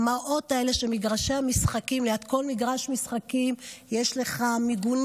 המראות האלה של מגרשי המשחקים וליד כל מגרש משחקים